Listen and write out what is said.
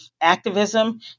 activism